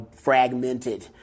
fragmented